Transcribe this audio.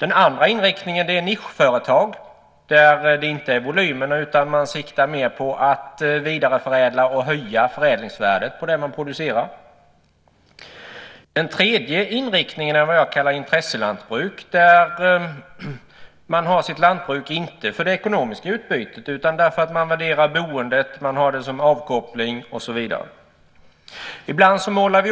Den andra inriktningen är nischföretag där det inte handlar om volymerna utan där man siktar mer på att vidareförädla och höja förädlingsvärdet på det man producerar. Den tredje inriktningen är vad jag kallar intresselantbruk. Där har man sitt lantbruk inte för det ekonomiska utbytet utan därför att man värderar boendet, har det som avkoppling och så vidare. Ibland målar vi